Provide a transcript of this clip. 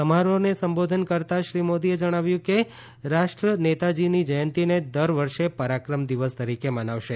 સમારોહને સંબોઘતા શ્રી મોદીએ જણાવ્યું કે રાષ્ટ્ર નેતાજીની જયંતિને દર વર્ષે પરાક્રમ દિવસ તરીકે મનાવશે